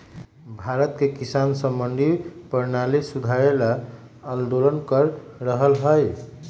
भारत के किसान स मंडी परणाली सुधारे ल आंदोलन कर रहल हए